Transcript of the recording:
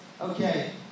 Okay